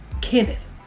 Kenneth